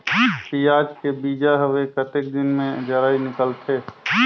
पियाज के बीजा हवे कतेक दिन मे जराई निकलथे?